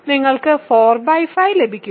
നിങ്ങൾക്ക് 45 ലഭിക്കുന്നു